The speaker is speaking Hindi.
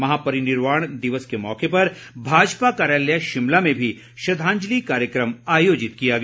महापरिनिर्वाण दिवस के मौके पर भाजपा कार्यालय शिमला में भी श्रद्धांजलि कार्यक्रम आयोजित किया गया